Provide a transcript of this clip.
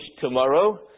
tomorrow